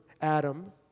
Adam